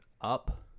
up